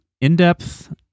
in-depth